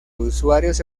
usuarios